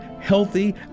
healthy